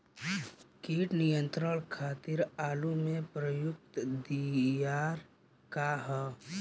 कीट नियंत्रण खातिर आलू में प्रयुक्त दियार का ह?